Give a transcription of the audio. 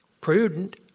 prudent